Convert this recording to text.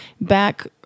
back